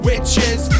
Witches